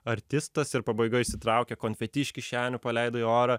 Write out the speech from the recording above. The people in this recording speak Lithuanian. artistas ir pabaigoj išsitraukė konfeti iš kišenių paleido į orą